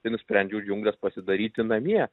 tai nusprendžiau džiungles pasidaryti namie